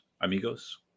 amigos